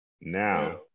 now